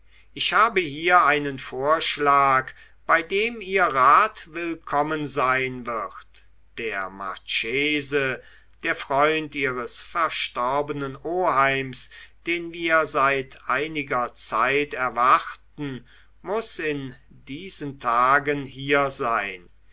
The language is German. ich habe hier einen vorschlag bei dem ihr rat willkommen sein wird der marchese der freund ihres verstorbenen oheims den wir seit einiger zeit erwarten muß in diesen tagen hier sein